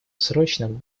срочным